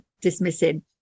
dismissing